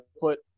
put